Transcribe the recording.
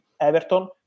Everton